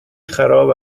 خراب